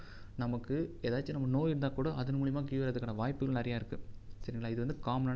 நமக்கு ஏதாச்சும் நம்ம நோய் இருந்தால்கூட அதன் மூலியம்மாக க்யூர் ஆறத்துக்கான வாய்ப்புகள் நிறையா இருக்கு சரிங்களா இது வந்து காமனான விஷயம்